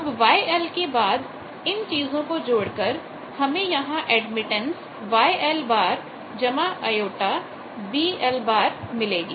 अब YL के बाद इन चीजों को जोड़कर हमें यहां एडमिटेंस YLjB1 मिलेगी